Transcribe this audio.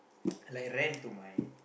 like rant to my